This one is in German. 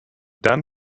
dann